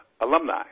alumni